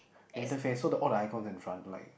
the interface so the all the icon in front like